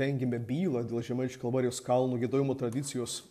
rengėme bylą dėl žemaičių kalvarijos kalnų giedojimo tradicijos